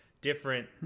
different